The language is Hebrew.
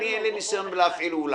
אין לי ניסיון בהפעלת אולם